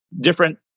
different